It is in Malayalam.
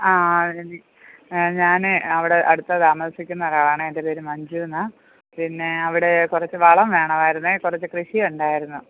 ആ ആ ഞാന് അവിടെ അടുത്ത് താമസിക്കുന്ന ഒരാളാണേ എൻ്റെ പേര് മഞ്ജു എന്നാണ് പിന്നെ അവിടെ കുറച്ച് വളം വേണവായിരുന്നേ കുറച്ച് കൃഷി ഉണ്ടായിരുന്നു